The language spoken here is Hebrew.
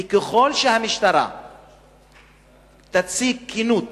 וככל שהמשטרה תציג כנות